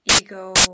ego